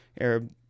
arab